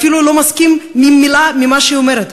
אפילו אם הוא לא מסכים למילה ממה שהיא אומרת,